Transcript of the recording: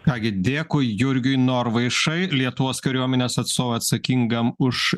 ką gi dėkui jurgiui norvaišai lietuvos kariuomenės atstovui atsakingam už